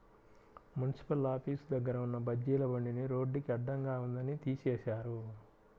municipal office దగ్గర ఉన్న బజ్జీల బండిని రోడ్డుకి అడ్డంగా ఉందని తీసేశారు